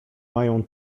mają